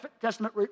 Testament